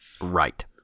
Right